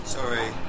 Sorry